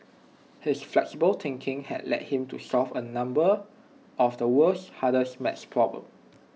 his flexible thinking led him to solve A number of the world's hardest math problems